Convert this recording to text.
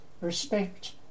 respect